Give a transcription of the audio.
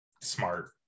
smart